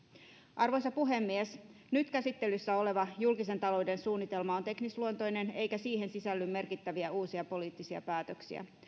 arvoisa puhemies nyt käsittelyssä oleva julkisen talouden suunnitelma on teknisluontoinen eikä siihen sisälly merkittäviä uusia poliittisia päätöksiä